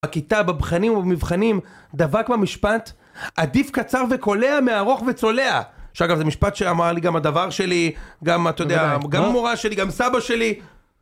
בכיתה, בבחנים ובמבחנים, דבק המשפט עדיף קצר וקולע מארוך וצולע שאגב, זה משפט שאמר לי גם הדבר שלי גם, אתה יודע, גם המורה שלי, גם סבא שלי